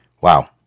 Wow